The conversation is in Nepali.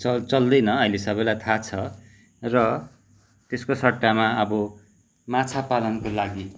चल् चल्दैन अहिले सबैलाई थाहा छ र त्यसको सट्टामा अब माछा पालनको लागि